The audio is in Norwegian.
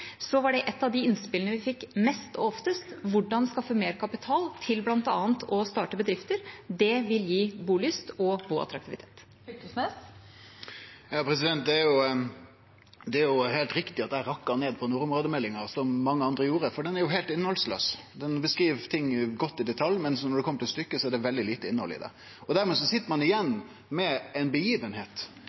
var et av innspillene vi fikk mest og oftest: Hvordan skaffe mer kapital til bl.a. å starte bedrifter? Det vil gi bolyst og boattraktivitet. Det er heilt riktig at eg rakka ned på nordområdemeldinga, som mange andre gjorde, for ho er heilt innhaldslaus. Ho beskriv ting godt i detalj, men når det kjem til stykket er det veldig lite innhald i ho. Dermed sit ein igjen med ei storhending, der ein